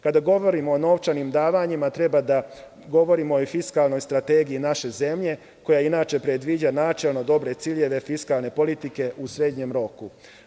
Kada govorimo o novčanim davanjima treba da govorimo i o fiskalnoj strategiji naše zemlje koja inače predviđa načelno dobre ciljeve fiskalne politike u srednjem roku.